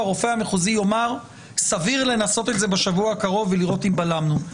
והרופא המחוזי יאמר שסביר לנסות את זה בשבוע הקרוב ולראות אם בלמנו.